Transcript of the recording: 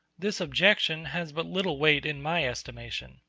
this objection has but little weight in my estimation.